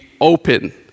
open